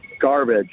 Garbage